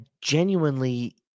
genuinely